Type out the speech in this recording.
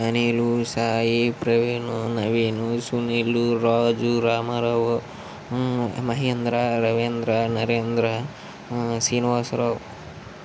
Anil Sai Praveen Naveen Sunil Raju Ramarao Mahendra Ravendra Narendra Srinivasarao